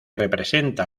representa